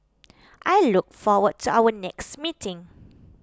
I look forward to our next meeting